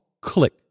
click